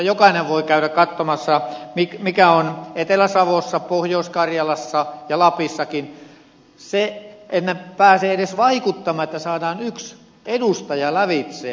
jokainen voi käydä katsomassa mikä se on etelä savossa pohjois karjalassa ja lapissakin se että pääsee edes vaikuttamaan että saadaan yksi edustaja lävitse